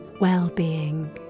well-being